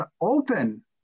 open